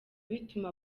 bituma